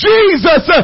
Jesus